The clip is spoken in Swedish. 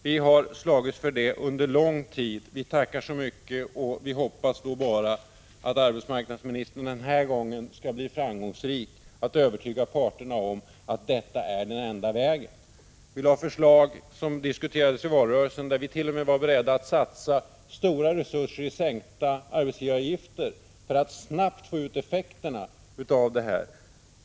Vi har slagits för det under lång tid. Vi tackar så mycket nu och hoppas bara att arbetsmarknadsministern den här gången skall bli framgångsrik i att övertyga parterna om att detta är den enda vägen. Vi har lagt förslag som diskuterats under valrörelsen och där vi t.o.m. var beredda att satsa stora resurser i form av sänkta arbetsgivaravgifter, för att snabbt få ut effekterna av detta.